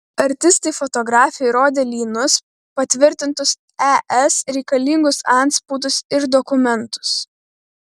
artistai fotografei rodė lynus patvirtintus es reikalingus antspaudus ir dokumentus